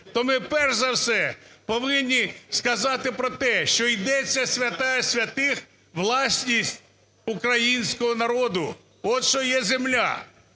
то ми перш за все повинні сказати про те, що йдеться про святая святих – власність українського народу – от що є земля.